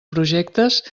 projectes